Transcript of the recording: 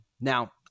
Now